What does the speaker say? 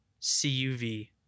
cuv